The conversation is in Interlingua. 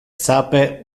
sape